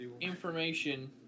information